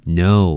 no